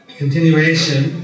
continuation